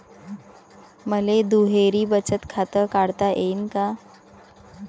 मले दुहेरी बचत खातं काढता येईन का?